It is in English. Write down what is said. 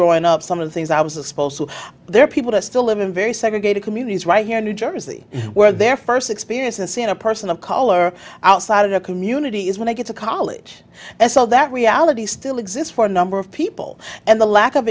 growing up some of the things i was exposed to their people to still live in very segregated communities right here in new jersey where their first experience in seeing a person of color outside of their community is when i get to college and so that reality still exists for a number of people and the lack of